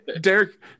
Derek